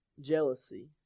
Jealousy